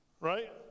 right